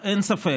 אין ספק,